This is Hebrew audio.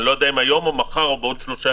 אני לא יודעים אם היום או מחר אבל ברור שהוא בעדיפות.